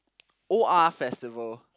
O R festival